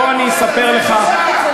בוא אני אספר לך.